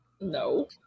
no